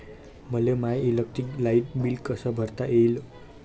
मले माय electric light bill कस भरता येईल?